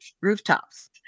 rooftops